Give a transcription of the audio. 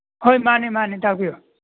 ꯍꯣꯏ ꯃꯥꯅꯦ ꯃꯥꯅꯦ ꯇꯥꯛꯞꯤꯌꯨ